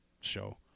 show